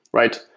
right?